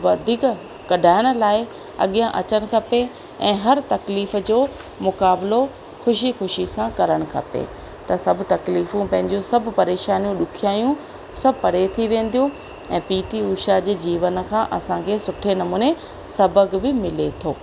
वधीक कढाइण लाइ अॻियां अचणु खपे ऐं हर तकलीफ़ जो मुक़ाबिलो ख़ुशी ख़ुशी सां करणु खपे त सभु तकलीफ़ूं पंहिंजियूं सभु परेशानियूं ॾुखियायूं सभु परे थी वेंदियूं ऐं पी टी उषा जे जीवन खां असांखे सुठे नमूने सबक़ु बि मिले थो